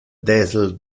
del